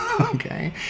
Okay